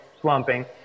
slumping